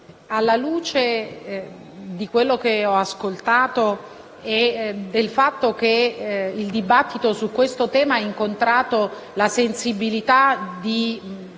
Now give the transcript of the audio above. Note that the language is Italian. alla luce di quello che ho ascoltato, del fatto che il dibattito su questo tema ha incontrato la sensibilità di